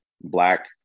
black